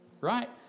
right